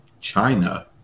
China